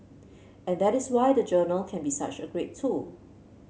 and that is why the journal can be such a great tool